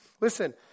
Listen